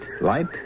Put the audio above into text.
light